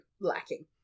lacking